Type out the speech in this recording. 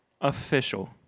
official